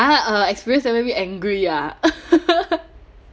ha a experience that make me angry ah